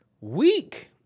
week